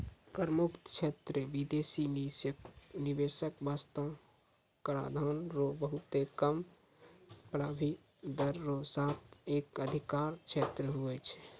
कर मुक्त क्षेत्र बिदेसी निवेशक बासतें कराधान रो बहुत कम प्रभाबी दर रो साथ एक अधिकार क्षेत्र हुवै छै